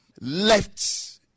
left